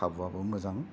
खाबुयाबो मोजां